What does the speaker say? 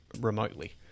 remotely